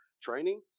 training